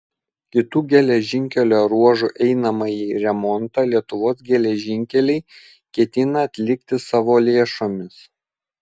kitų geležinkelio ruožų einamąjį remontą lietuvos geležinkeliai ketina atlikti savo lėšomis